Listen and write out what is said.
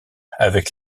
avec